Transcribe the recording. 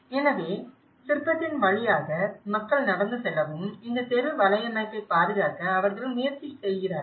எனவே சிற்பத்தின் வழியாக மக்கள் நடந்து செல்லவும் இந்த தெரு வலையமைப்பைப் பாதுகாக்க அவர்கள் முயற்சி செய்கிறார்கள்